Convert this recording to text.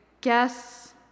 guess